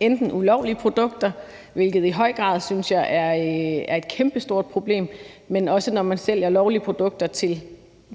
være ulovlige produkter, hvilket i høj grad, synes jeg, er et kæmpestort problem, men det kan også være, når man sælger lovlige produkter til